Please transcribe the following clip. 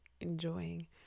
enjoying